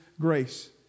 grace